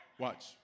Watch